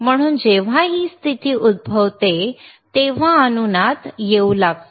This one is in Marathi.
म्हणून जेव्हा ही स्थिती उद्भवते तेव्हा अनुनाद येऊ लागतो